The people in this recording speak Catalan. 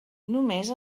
només